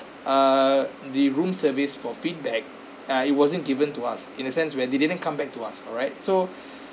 err the room service for feedback uh it wasn't given to us in a sense where they didn't come back to us alright so